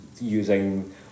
using